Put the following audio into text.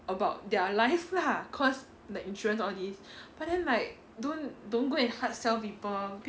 about their life lah cause the insurance all these but then like don't don't go and hard sell people